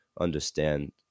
understand